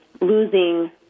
losing